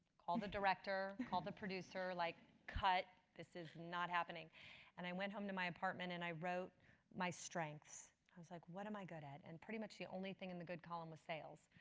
call the director. call the producer. like cut, this is not happening and i went home to my apartment and i wrote my strengths. i was like what am i good at? and pretty much, the only thing in the good column was sales.